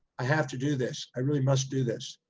i have to do this, i really must do this,